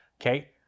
okay